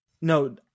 No